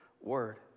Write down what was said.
word